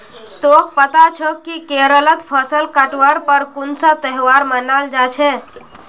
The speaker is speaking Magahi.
तोक पता छोक कि केरलत फसल काटवार पर कुन्सा त्योहार मनाल जा छे